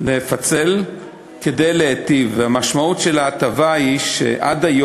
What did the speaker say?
יציג את ההחלטה יושב-ראש ועדת הכספים חבר הכנסת ניסן סלומינסקי.